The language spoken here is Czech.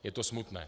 Je to smutné.